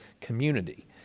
community